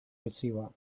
receiver